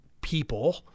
people